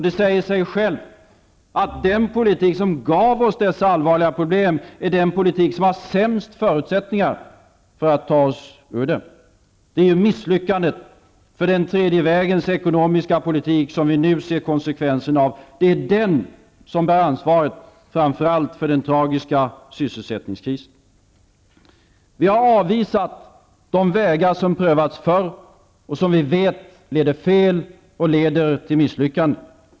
Det säger sig självt att den politik som gav oss dessa allvarliga problem är den politik som har sämst förutsättningar för att ta oss ur den. Det är misslyckandet för den tredje vägens ekonomiska politik som vi nu ser konsekvenserna av. Det är den som bär ansvaret framför allt för den tragiska sysselsättningskrisen. Vi har avvisat de vägar som har prövats förr och som vi vet leder fel och till misslyckande.